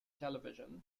television